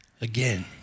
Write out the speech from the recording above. Again